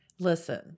Listen